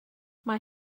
mae